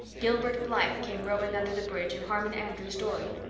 gilbert blythe came rowing under the bridge in harmon andrews's dory!